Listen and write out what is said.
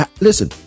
listen